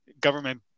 government